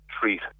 treat